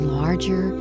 larger